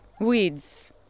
weeds